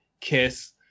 kiss